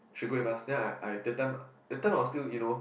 she go with us then I I that time that time I was still you know